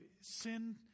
sin